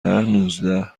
نوزده